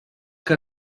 que